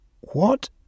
What